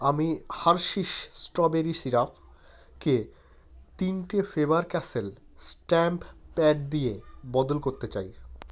আমি Hershey's strawberry সিরাপকে তিনটে ফেবার ক্যাসেল স্ট্যাম্প প্যাড দিয়ে বদল করতে চাই